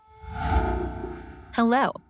Hello